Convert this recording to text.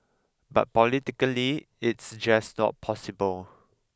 but politically it's just not possible